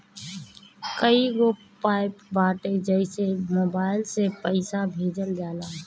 कईगो एप्प बाटे जेसे मोबाईल से पईसा भेजल जाला